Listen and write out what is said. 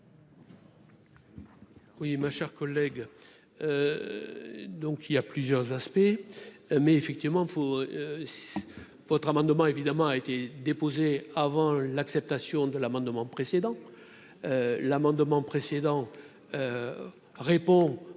Oui, ma chère collègue, donc il a plusieurs aspects mais effectivement faut votre amendement évidemment a été déposée avant l'acceptation de l'amendement précédent l'amendement précédent répond